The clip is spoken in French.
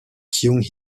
kyung